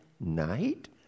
night